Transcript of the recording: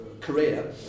career